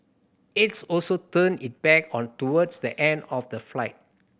aides also turned it back on toward the end of the flight